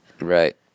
Right